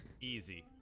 easy